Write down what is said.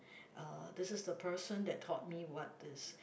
uh this is the person that taught me what this